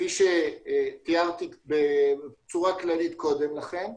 כפי שתיארתי בצורה כללית קודם לכן.